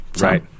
Right